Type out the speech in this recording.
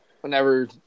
whenever